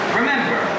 remember